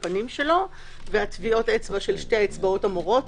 הפנים שלו וטביעות האצבע של שתי האצבעות המורות,